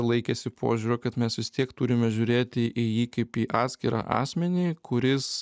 laikėsi požiūrio kad mes vis tiek turime žiūrėti į jį kaip į atskirą asmenį kuris